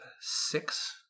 six